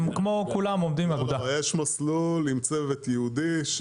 יש מסלול עם צוות ייעודי,